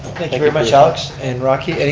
thank you very much alex and rocky. any,